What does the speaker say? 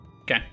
Okay